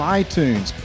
iTunes